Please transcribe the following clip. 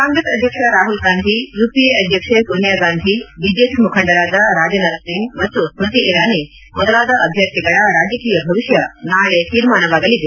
ಕಾಂಗ್ರೆಸ್ ಅಧ್ವಕ್ಷ ರಾಹುಲ್ ಗಾಂಧಿ ಯುಪಿಎ ಅಧ್ವಕ್ಷ ಸೋನಿಯಾ ಗಾಂಧಿ ಬಿಜೆಪಿ ಮುಖಂಡರಾದ ರಾಜನಾಥ್ ಸಿಂಗ್ ಮತ್ತು ಸ್ಥತಿ ಇರಾನಿ ಮೊದಲಾದ ಅಭ್ವರ್ಥಿಗಳ ರಾಜಕೀಯ ಭವಿಷ್ಣ ನಾಳೆ ತೀರ್ಮಾನವಾಗಲಿದೆ